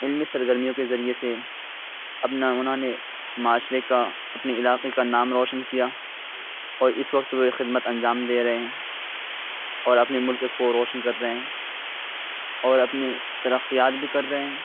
علمی سرگرمیوں کے ذریعہ سے اپنا انہوں نے معاشرہ کا اپنے علاقہ کا نام روشن کیا اور اس وقت وہ خدمت انجام دے رہے ہیں اور اپنے ملک کو روشن کر رہے ہیں اور اپنے ترقیات بھی کر رہے ہیں